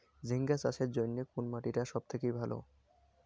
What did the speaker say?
ঝিঙ্গা চাষের জইন্যে কুন মাটি টা সব থাকি ভালো?